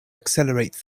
accelerate